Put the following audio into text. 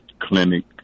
clinic